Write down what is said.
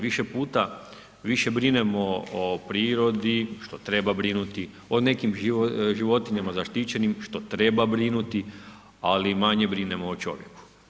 Više puta brinemo o prirodi, što treba brinuti, o nekim životinjama zaštićenim, što treba brinuti, ali manje brinemo o čovjeku.